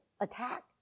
attack